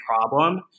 problem